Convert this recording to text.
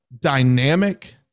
dynamic